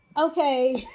Okay